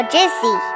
Jesse